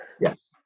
Yes